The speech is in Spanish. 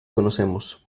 conocemos